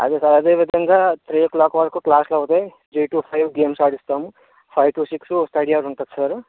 అదే సార్ అదే విధంగా త్రీ ఓ క్లాక్ వరకు క్లాస్లు అవుతాయి త్రీ టు ఫైవ్ గేమ్స్ ఆడిస్తాము five to six study hour ఉంటుంది సారు